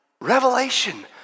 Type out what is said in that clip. Revelation